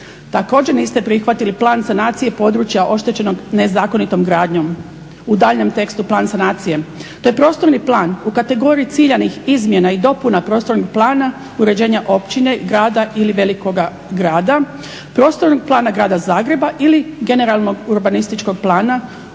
Također niste prihvatili plan sanacije područja oštećenog nezakonitom gradnjom, u daljnjem tekstu plan sanacije. To je prostorni plan u kategoriji ciljanih izmjena i dopuna prostornog plana uređenja općine, grada ili velikoga grada, prostornog plana Grada Zagreba ili generalnog urbanističkog plana,